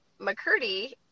McCurdy